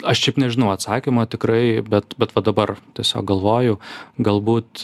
aš šiaip nežinau atsakymo tikrai bet bet va dabar tiesiog galvoju galbūt